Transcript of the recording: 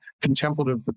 contemplative